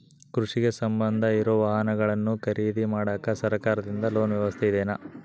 ಕೃಷಿಗೆ ಸಂಬಂಧ ಇರೊ ವಾಹನಗಳನ್ನು ಖರೇದಿ ಮಾಡಾಕ ಸರಕಾರದಿಂದ ಲೋನ್ ವ್ಯವಸ್ಥೆ ಇದೆನಾ?